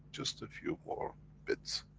just a few more bits,